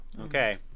Okay